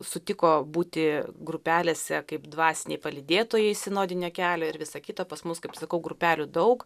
sutiko būti grupelėse kaip dvasiniai palydėtojai sinodinio kelio ir visa kita pas mus kaip sakau grupelių daug